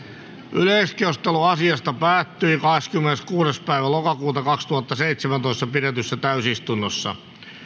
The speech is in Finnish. yleiskeskustelu asiasta päättyi kahdeskymmeneskuudes kymmenettä kaksituhattaseitsemäntoista pidetyssä täysistunnossa